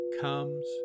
comes